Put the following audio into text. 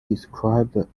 described